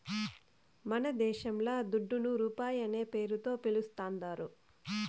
మనదేశంల దుడ్డును రూపాయనే పేరుతో పిలుస్తాందారు